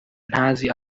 ntazi